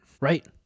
Right